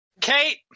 Kate